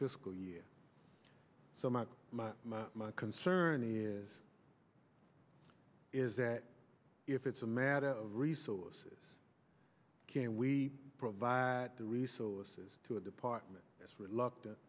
fiscal year so my my my my concern is is that if it's a matter of resources can we provide the resources to a department as reluctant